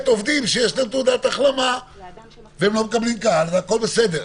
עובדים שש להם תעודת החלמה ולא מקבלים קהל אז הכול בסדר?